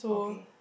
okay